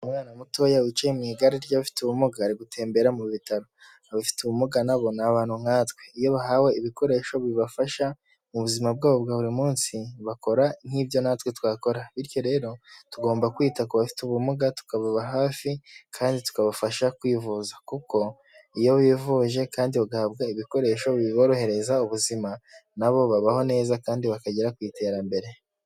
Umwana mutoya wicaye mu igare ry'abafite ubumuga ari gutembera mu bitaro. Abafite ubumuga nabo ni abantu nkatwe iyo bahawe ibikoresho bibafasha mu buzima bwabo bwa buri munsi bakora nk'ibyo natwe twakora bityo rero tugomba kwita ku bafite ubumuga tukababa hafi kandi tukabafasha kwivuza kuko iyo bivuje kandi bagahabwa ibikoresho biborohereza ubuzima nabo babaho neza kandi bakagera ku iterambere.